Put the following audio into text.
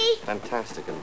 Fantastic